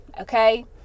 okay